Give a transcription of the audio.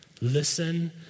Listen